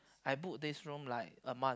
I book this room like a month